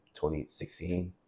2016